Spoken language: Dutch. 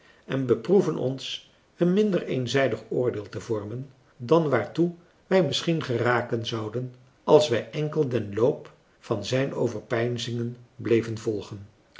en beproeven ons een minder eenzijdig oordeel te vormen dan waartoe wij misschien geraken zouden als wij enkel den loop van zijn overpeinzingen bleven volgen